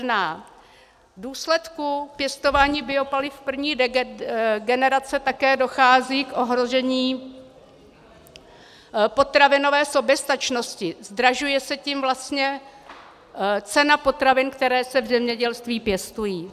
V důsledku pěstování biopaliv první generace také dochází k ohrožení potravinové soběstačnosti, zdražuje se tím vlastně cena potravin, které se v zemědělství pěstují.